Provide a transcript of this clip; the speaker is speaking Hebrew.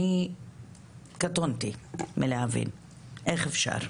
אני קטונתי מלהבין איך אפשר.